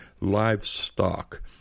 livestock